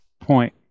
point